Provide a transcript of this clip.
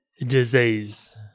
disease